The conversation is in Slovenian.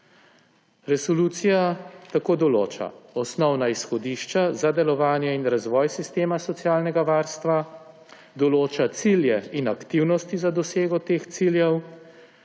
Resolucija tako določa osnovna izhodišča za delovanje in razvoj sistema socialnega varstva, določa cilje in aktivnosti za dosego teh ciljev,